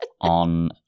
on